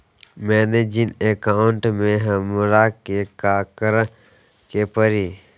मैंने जिन अकाउंट में हमरा के काकड़ के परी?